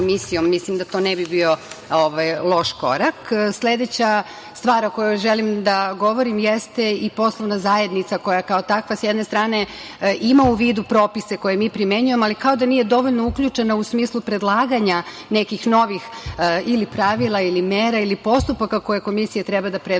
Mislim da to ne bi bio loš korak. Sledeća stvar o kojoj želim da govorim jeste i poslovna zajednica koja kao takva, s jedne strane, ima u vidu propise koje mi primenjujemo, ali kao da nije dovoljno uključena u smislu predlaganja nekih novih pravila, mera ili postupaka koje Komisija treba da preduzme